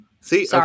See